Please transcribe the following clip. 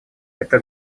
это